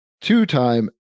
two-time